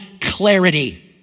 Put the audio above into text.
clarity